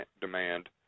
demand